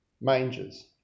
mangers